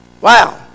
Wow